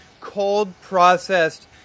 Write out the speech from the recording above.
cold-processed